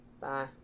Bye